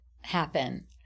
happen